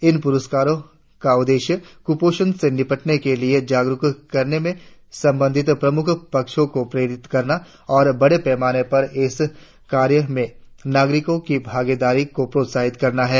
इन पुरस्कारो का उद्देश्य कुपोषण से निपटने के लिए जागरुक करने में संबंधित प्रमुख पक्षों को प्रेरित करना और बड़े पैमाने पर इस कार्य में नागरिकों की भागीदारी को प्रोत्साहित करना है